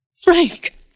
Frank